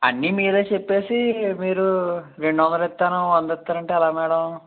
అన్నీ మీరే చెప్పి మీరు రెండు వందలు ఇస్తాను వంద ఇస్తాను అంటే ఎలా మేడం